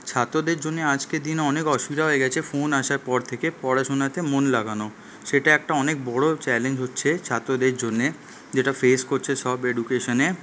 ছাত্রদের জন্যে আজকের দিনে অনেক অসুবিধা হয়ে গেছে ফোন আসার পর থেকে পড়াশোনাতে মন লাগানো সেটা একটা অনেক বড় চ্যালেঞ্জ হচ্ছে ছাত্রদের জন্যে যেটা ফেস করছে সব এডুকেশনে